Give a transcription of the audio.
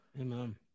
Amen